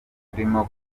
turimo